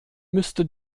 müsste